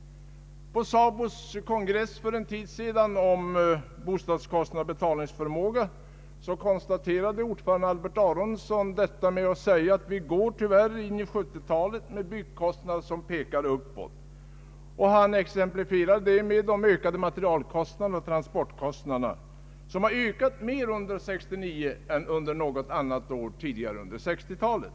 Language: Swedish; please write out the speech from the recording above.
På SABO:s kongress för en tid sedan om bostadskostnader och betalningsförmåga konstaterade ordföranden Albert Aronson: ”Vi tar språnget in i 1970-talet med byggkostnader som Ppekar uppåt.” Han exemplifierade det med de ökade materialoch transportkostnaderna, vilka hade stigit mer under 1969 än under något tidigare år på 1960-talet.